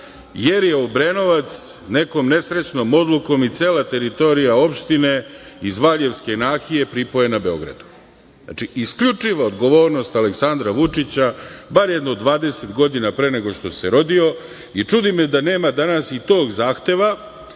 jer je Obrenovac nekom nesrećnom odlukom i cela teritorija opštine i Valjevske nahije pripojena Beogradu. Znači, isključiva odgovornost Aleksandra Vučića bar jedno 20 godina pre nego što se rodio i čudi me da nema danas i tog zahteva